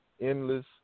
endless